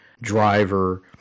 driver